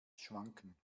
schwanken